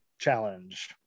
challenge